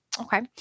Okay